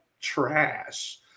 trash